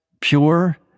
pure